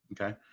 Okay